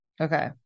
Okay